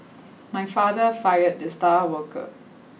my father fired the star worker